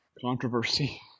controversy